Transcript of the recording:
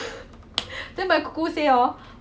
my brother really ah ya